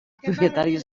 propietaris